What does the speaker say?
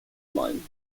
mines